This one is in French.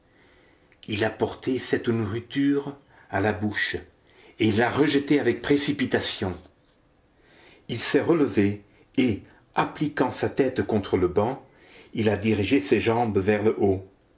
il a porté cette nourriture à la bouche et l'a rejetée avec précipitation il s'est relevé et appliquant sa tête contre le banc il a dirigé ses jambes vers le haut